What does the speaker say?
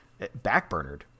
backburnered